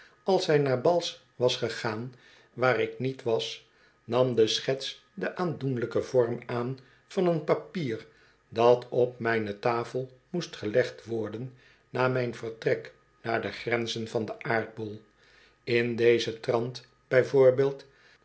als zij naar bals was gegaan waar ik niet was nam de schets den aandoenlijken vorm aan van een papier dat op mijne tafel moest gelegd worden na mijn vertrek naar de grenzen van den aardbol in dezen trant